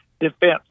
defense